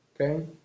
okay